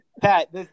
Pat